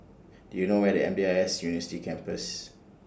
Do YOU know Where IS M D I S University Campus